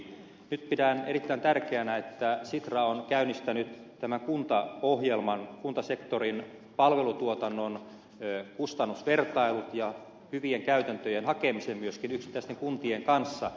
nyt pidän erittäin tärkeänä että sitra on käynnistänyt tämän kuntaohjelman kuntasektorin palvelutuotannon kustannusvertailut ja hyvien käytäntöjen hakemisen myöskin yksittäisten kuntien kanssa